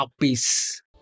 Peace